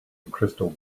crystal